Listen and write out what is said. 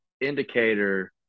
indicator